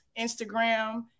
Instagram